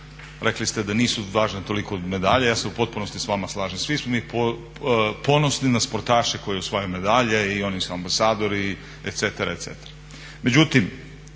Rekli ste da nisu važno toliko medalje, ja se u potpunosti s vama slažem, svi smo mi ponosni na sportaše koji osvajaju medalje i oni su ambasadori, …/Govornik